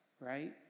right